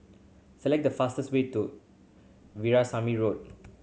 select the fastest way to Veerasamy Road